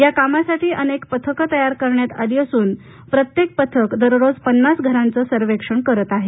या कामासाठी अनेक पथके तयार करण्यात आली असून प्रत्येक पथक दररोज पन्नास घरांचे सर्वेक्षण करत आहे